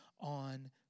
on